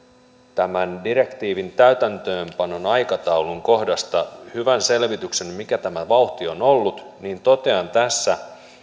tämän direktiivin täytäntöönpanon aikataulun kohdasta hyvän selvityksen mikä tämä vauhti on ollut niin totean tässä